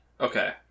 Okay